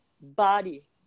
body